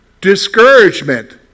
Discouragement